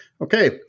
Okay